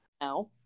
now